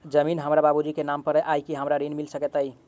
जमीन हमरा बाबूजी केँ नाम पर अई की हमरा ऋण मिल सकैत अई?